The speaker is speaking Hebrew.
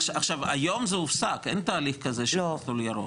היום זה הופסק, אין תהליך כזה של מסלול ירוק.